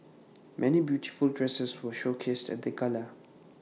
many beautiful dresses were showcased at the gala